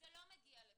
לא הגיע לפלילים.